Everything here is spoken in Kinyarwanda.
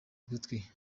gutwi